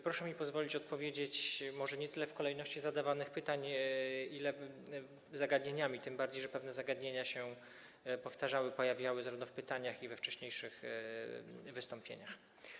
Proszę mi pozwolić odpowiedzieć może nie tyle w kolejności zadawanych pytań, ile zgodnie z zagadnieniami, tym bardziej że pewne zagadnienia się powtarzały, pojawiały zarówno w pytaniach, jak i we wcześniejszych wystąpieniach.